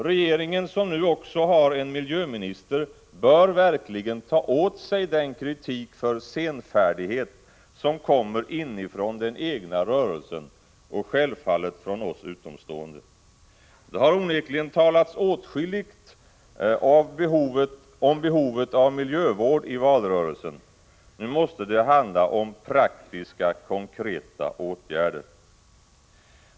Regeringen, som nu också har en miljöminister, bör verkligen ta åt sig den kritik för senfärdighet som kommer inifrån den egna rörelsen och självfallet från oss utomstående. Det har onekligen talats åtskilligt om behovet av miljövård i valrörelsen. Nu måste det handla om praktiska konkreta åtgärder.